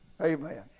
Amen